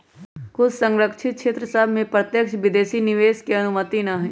कुछ सँरक्षित क्षेत्र सभ में प्रत्यक्ष विदेशी निवेश के अनुमति न हइ